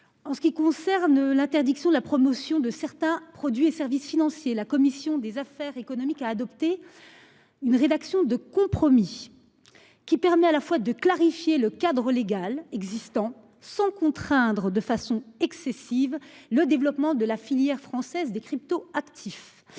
En ce qui concerne l'interdiction de la promotion de certains produits et services financiers. La commission des affaires économiques à adopter. Une rédaction de compromis. Qui permet à la fois de clarifier le cadre légal existant sans contraindre de façon excessive, le développement de la filière française des crypto-actifs.